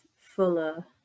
fuller